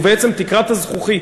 בעצם, את תקרת הזכוכית